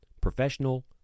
Professional